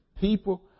People